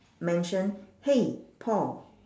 mention !hey! paul